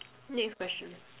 next question